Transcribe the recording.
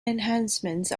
enhancements